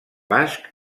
basc